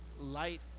light